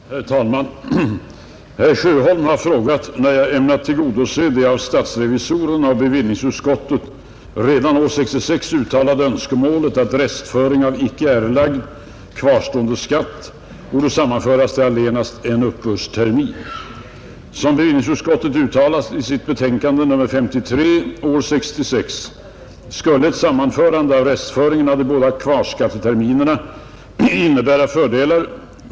Herr talman! Herr Sjöholm har frågat när jag ämnar tillgodose det av statsrevisorerna och bevillningsutskottet redan år 1966 uttalade önskemålet att restföring av icke erlagd kvarstående skatt borde sammanföras till allenast en uppbördstermin. ett sammanförande av restföringen av de båda kvarskatteterminerna innebära fördelar.